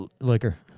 Liquor